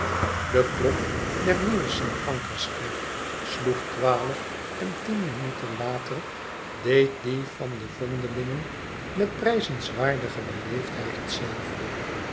de klok der nieuwe sint pancraskerk sloeg twaalf en tien minuten later deed die van de yondelingen met prijzenswaardige beleefdheid hetzelfde